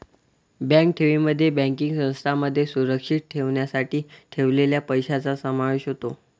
bank ठेवींमध्ये banking संस्थांमध्ये सुरक्षित ठेवण्यासाठी ठेवलेल्या पैशांचा समावेश होतो